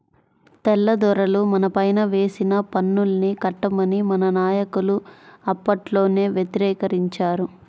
తెల్లదొరలు మనపైన వేసిన పన్నుల్ని కట్టమని మన నాయకులు అప్పట్లోనే వ్యతిరేకించారు